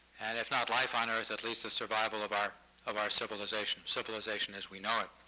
and if not life on earth, at least the survival of our of our civilization, civilization as we know it.